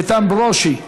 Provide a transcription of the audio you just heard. איתן ברושי.